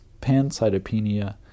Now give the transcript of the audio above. pancytopenia